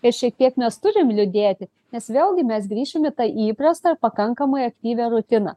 ir šiek tiek mes turim liūdėti nes vėlgi mes grįšim į tą įprastą pakankamai aktyvią rutiną